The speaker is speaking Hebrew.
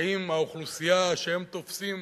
האם האוכלוסייה שהם תופסים